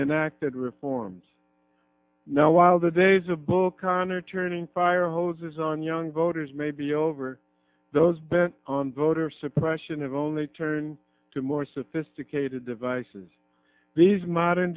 enacted reforms now while the days of bull connor turning firehoses on young voters may be over those bent on voter suppression of only turn to more sophisticated devices these modern